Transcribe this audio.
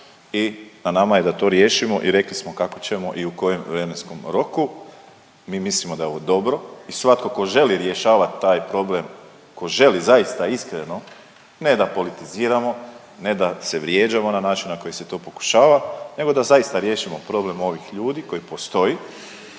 i na nama je da to riješimo i rekli smo kako ćemo i u kojem vremenskom roku. Mi mislimo da je ovo dobro i svatko tko želi rješavat taj problem, tko želi zaista iskreno, ne da politiziramo, ne da se vrijeđamo na način na koji se to pokušava nego da zaista riješimo problem ovih ljudi koji postoji,